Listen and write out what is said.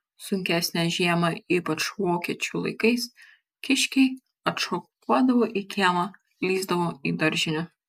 sunkesnę žiemą ypač vokiečių laikais kiškiai atšokuodavo į kiemą lįsdavo į daržinę